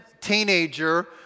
teenager